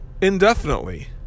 indefinitely